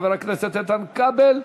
חבר הכנסת איתן כבל,